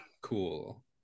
cool